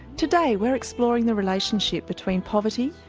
today we're exploring the relationship between poverty,